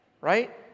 Right